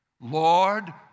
Lord